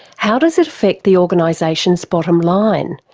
how does it affect the organisation's bottom line,